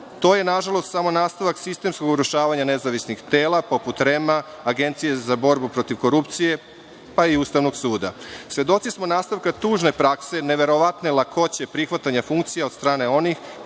To je, nažalost, samo nastavak sistemskog urušavanja nezavisnih tela, poput REM-a, Agencije za borbu protiv korupcije, pa i Ustavnog suda. Svedoci smo nastavka tužne prakse neverovatne lakoće prihvatanja funkcija od strane onih